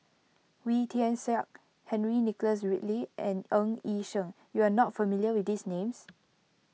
Wee Tian Siak Henry Nicholas Ridley and Ng Yi Sheng you are not familiar with these names